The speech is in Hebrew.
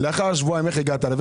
אחרי שבועיים איך הגעת אליו?